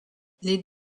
les